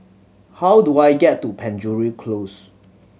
how do I get to Penjuru Close